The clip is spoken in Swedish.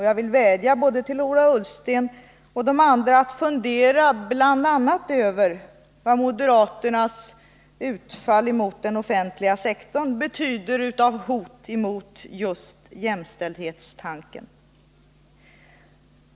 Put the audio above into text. Jag vill vädja både till Ola Ullsten och till andra att fundera bl.a. över vad moderaternas utfall mot den offentliga sektorn betyder av hot mot just jämställdhetstanken.